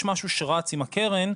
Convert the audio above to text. יש משהו שרץ עם הקרן,